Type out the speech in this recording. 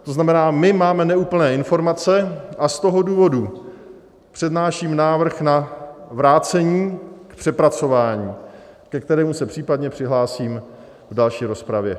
To znamená, my máme neúplné informace, a z toho důvodu přednáším návrh na vrácení k přepracování, ke kterému se případně přihlásím v další rozpravě.